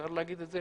אפשר להגיד את זה